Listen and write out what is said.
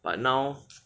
but now